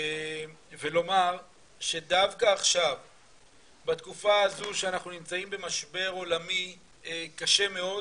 ולומר שדווקא עכשיו בתקופה הזו שאנחנו נמצאים במשבר עולמי קשה מאוד,